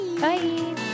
Bye